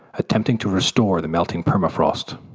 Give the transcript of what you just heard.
attempting to restore the melting permafrost.